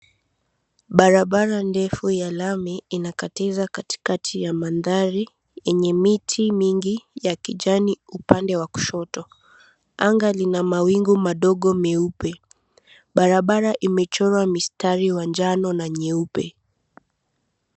Barabara ndefu ya lami, inakatiza katikati ya mandari yenye miti mingi ya kijani upande wa kushoto. Anga lina mawingu madogo meupe. Barabara imechorwa mistari wa njano na nyeupe.